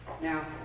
Now